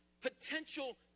potential